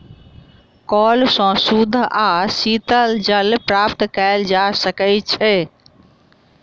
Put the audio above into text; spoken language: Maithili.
कअल सॅ शुद्ध आ शीतल जल प्राप्त कएल जा सकै छै